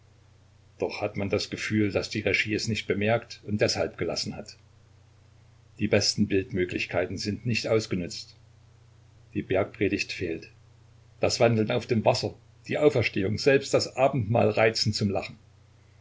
doch hat man dann das gefühl daß die regie es nicht bemerkt und deshalb gelassen hat die besten bildmöglichkeiten sind nicht ausgenutzt die bergpredigt fehlt das wandeln auf dem wasser die auferstehung selbst das abendmahl reizen zum lachen